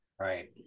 Right